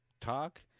talk